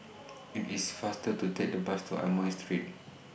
IT IS faster to Take The Bus to Amoy Street